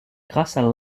grâce